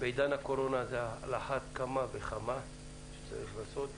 על אחת כמה ואחת זה צריך לקרות בעידן הקורונה.